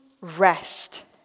rest